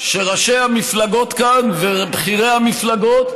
שראשי המפלגות כאן, ובכירי המפלגות,